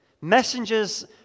messengers